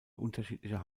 unterschiedlicher